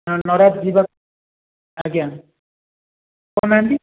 ହଁ ନରାଜ ଯିବା ଆଜ୍ଞା କହୁନାହାନ୍ତି